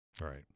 Right